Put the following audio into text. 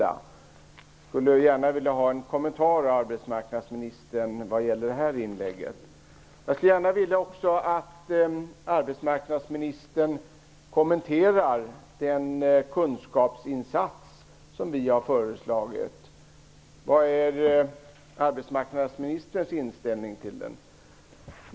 Jag skulle gärna vilja ha en kommentar till detta. Sedan vill jag att arbetsmarknadsministern också kommenterar den kunskapsinsats som vi har föreslagit. Vad är arbetsmarknadsministerns inställning till den?